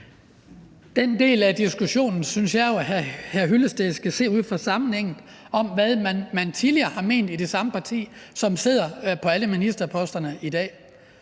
Den del af diskussionen synes jeg at hr. Henning Hyllested skal se i sammenhæng med, hvad man tidligere har ment i det samme parti, som sidder på alle ministerposterne i dag.